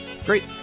great